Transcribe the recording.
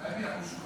ב-1 ביוני 1941,